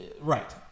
Right